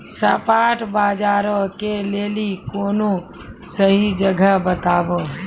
spot बजारो के लेली कोनो सही जगह बताबो